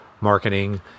marketing